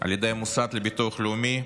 על ידי המוסד לביטוח לאומי,